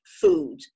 food